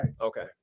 Okay